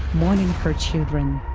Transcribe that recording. mourning her children.